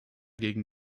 gegen